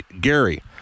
Gary